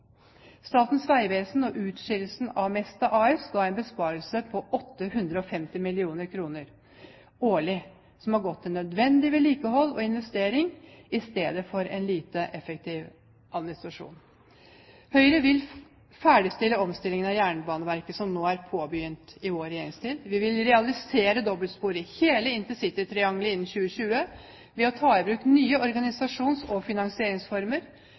Statens vegvesen og utskillelsen av Mesta AS ga en besparelse på 850 mill. kr årlig som har gått til nødvendig vedlikehold og investering i stedet for en lite effektiv administrasjon. Høyre vil ferdigstille omstillingen av Jernbaneverket som ble påbegynt i vår regjeringstid. Vi vil realisere dobbeltspor i hele intercitytriangelet innen 2020 ved å ta i bruk nye organisasjons- og finansieringsformer.